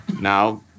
Now